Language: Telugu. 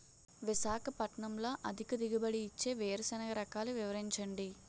విశాఖపట్నంలో అధిక దిగుబడి ఇచ్చే వేరుసెనగ రకాలు వివరించండి?